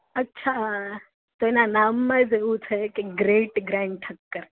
અચ્છા તો એના નામ માજ એવું છે કે ગ્રેટ ગ્રેન્ડ ઠકર